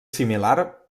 similar